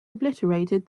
obliterated